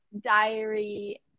diary